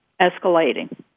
escalating